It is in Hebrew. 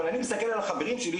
אבל אני מסתכל על החברים שלי,